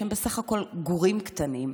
שהם בסך הכול גורים קטנים,